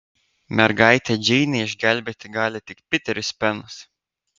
mergaitę džeinę išgelbėti gali tik piteris penas